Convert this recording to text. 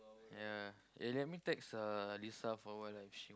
ya eh let me text uh Lisa for a while ah if she